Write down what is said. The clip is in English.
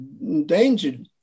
endangered